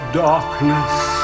darkness